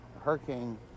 Hurricane